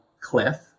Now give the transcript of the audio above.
cliff